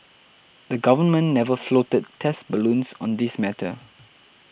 the Government never floated test balloons on this matter